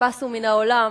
פסו מן העולם,